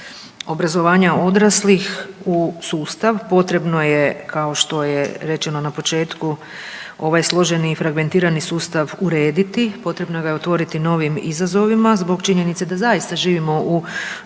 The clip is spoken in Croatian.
obrazovanja odraslih u sustav. Potrebno je kao što je rečeno na početku ovaj složeni i fragmentirani sustav urediti. Potrebno ga je otvoriti novim izazovima zbog činjenice da zaista živimo u